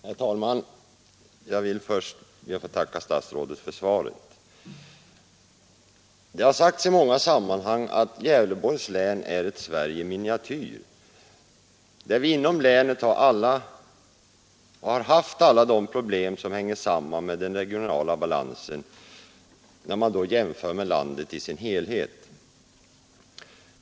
Herr talman! Jag ber först att få tacka statsrådet för svaret på min interpellation. Det har sagts i många sammanhang att Gävleborgs län är ett Sverige i miniatyr, där vi inom länet har haft alla de problem som hänger samman med den regionala balansen jämfört med landet i dess helhet.